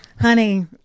Honey